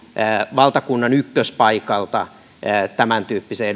valtakunnan ykköspaikalta tämäntyyppiseen